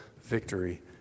victory